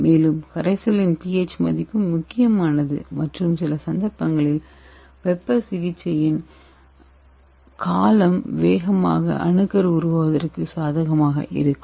மேலும் கரைசலின் pH மதிப்பு முக்கியமானது மற்றும் சில சந்தர்ப்பங்களில் வெப்ப சிகிச்சையின் காலம் வேகமாக அணுக்கரு உருவாகுவதற்கு சாதகமாக இருக்கும்